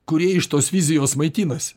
kurie iš tos vizijos maitinasi